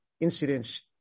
incidents